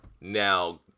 Now